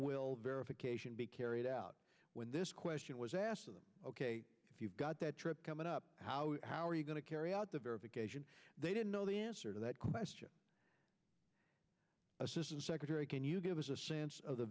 it be carried out when this question was asked if you've got that trip coming up how how are you going to carry out the verification they didn't know the answer to that question assistant secretary can you give us a sense of the